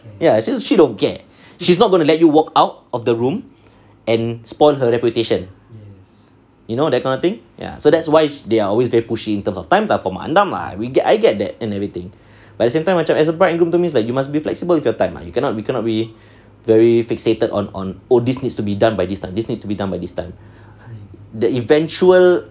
ya she don't care she's not going to let you walk out of the room and spoil her reputation you know that kind of thing ya so that's why they're always very pushy in terms of time lah from mak andam we get I get that and everything but the same time macam as a bride and groom to me is like you must be flexible with your time mah you cannot be cannot be very fixated on on oh this needs to be done by this time this need to be done by this time the eventual